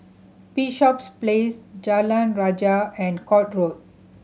Bishops Place Jalan Rajah and Court Road